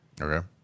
Okay